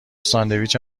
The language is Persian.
ساندویچ